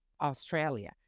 Australia